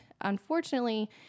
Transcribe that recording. Unfortunately